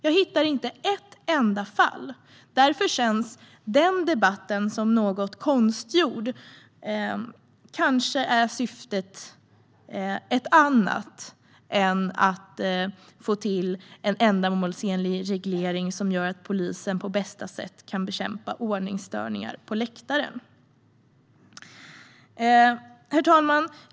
Jag hittar alltså inte ett enda fall, och därför känns just denna debatt som något konstgjord. Kanske är syftet ett annat än att få till en ändamålsenlig reglering som gör att polisen på bästa sätt kan bekämpa ordningsstörningar på läktaren. Herr talman!